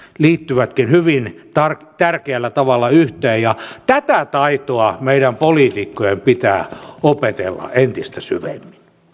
liittyvätkin hyvin tärkeällä tavalla yhteen tätä taitoa meidän poliitikkojen pitää opetella entistä syvemmin